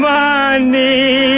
money